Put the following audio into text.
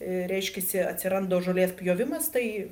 reiškiasi atsiranda žolės pjovimas tai